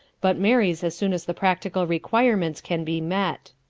but marries as soon as the practical requirements can be met.